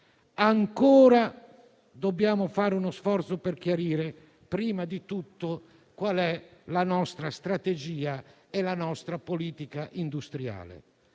ancora fare uno sforzo per chiarire, prima di tutto, quali sono la nostra strategia e la nostra politica industriale.